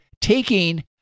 taking